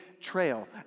trail